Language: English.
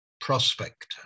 prospector